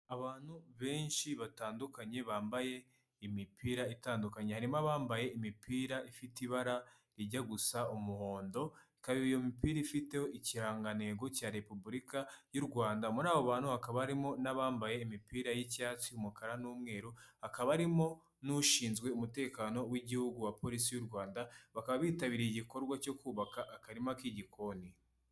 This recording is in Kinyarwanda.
Abantu benshi batandukanye bambaye imipira itandukanye harimo abambaye imipira ifite ibara rijya gusa umuhondo ikaba iyo mipira ifiteho ikirangantego cya repubulika y'u Rwanda muri abo bantu hakaba harimo n'abambaye imipira y'icyatsi, umukara n'umweru hakaba harimo n'ushinzwe umutekano w'igihugu wa polisi y'u Rwanda bakaba bitabiriye igikorwa cyo kubaka akarima k'igikoni.